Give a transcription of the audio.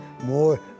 more